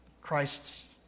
Christ's